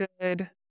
good